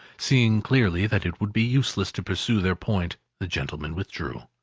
seeing clearly that it would be useless to pursue their point, the gentlemen withdrew.